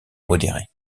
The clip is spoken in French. modérés